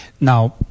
Now